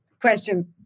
question